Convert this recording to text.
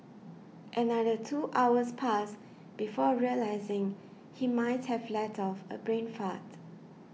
another two hours passed before realising he might have let off a brain fart